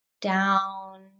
down